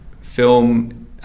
film